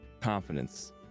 confidence